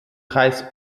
kreis